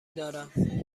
دارم